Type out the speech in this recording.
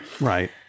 right